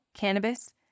cannabis